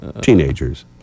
teenagers